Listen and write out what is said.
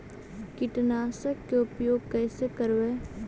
कीटनाशक के उपयोग कैसे करबइ?